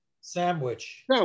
sandwich